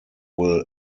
will